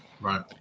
Right